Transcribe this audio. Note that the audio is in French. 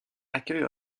accueille